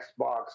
Xbox